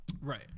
Right